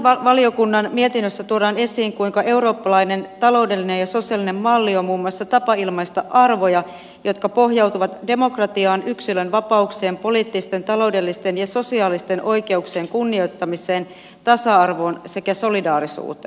suuren valiokunnan mietinnössä tuodaan esiin kuinka eurooppalainen taloudellinen ja sosiaalinen malli on muun muassa tapa ilmaista arvoja jotka pohjautuvat demokratiaan yksilön vapauksien poliittisten taloudellisten ja sosiaalisten oikeuk sien kunnioittamiseen tasa arvoon sekä solidaarisuuteen